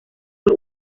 fue